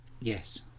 Yes